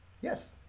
Yes